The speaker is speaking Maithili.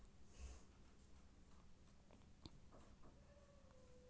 फर फार्मिंग के तहत विभिन्न जानवर कें पिंजरा मे बन्न करि के राखल जाइ छै